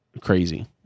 crazy